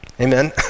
Amen